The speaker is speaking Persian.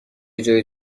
جای